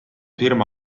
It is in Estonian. firma